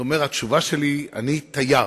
והתשובה שלי היא: אני תייר.